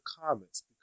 comments